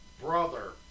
brother